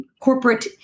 corporate